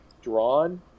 drawn